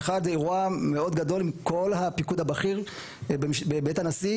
האחד הוא אירוע גדול מאוד עם כל הפיקוד הבכיר בבית הנשיא,